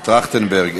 טרכטנברג,